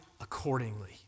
accordingly